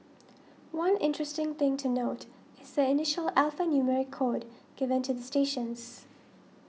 one interesting thing to note is the initial alphanumeric code given to the stations